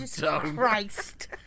Christ